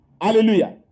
Hallelujah